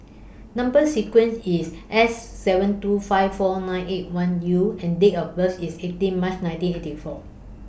Number sequence IS S seven two five four nine eight one U and Date of birth IS eighteen March nineteen eighty four